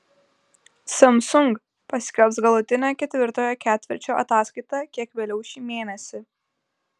samsung paskelbs galutinę ketvirtojo ketvirčio ataskaitą kiek vėliau šį mėnesį